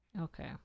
Okay